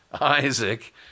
Isaac